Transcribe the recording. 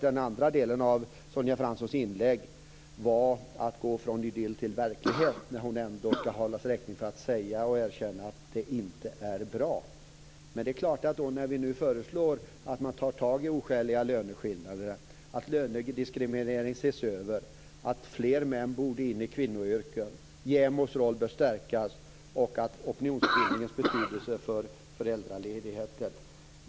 Den andra delen av Sonja Franssons inlägg innebar att hon övergick från idyll till verklighet. Jag skall hålla henne räkning för att hon erkände att läget inte är bra. Vi föreslår nu att man skall ta tag i oskäliga löneskillnader, utreda lönediskrimineringen, se till att fler män kommer in i kvinnoyrken, att JämO:s roll bör stärkas och att opinionsbildningens betydelse för föräldraledigheter skall hållas fram.